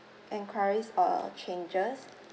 enquiries or changes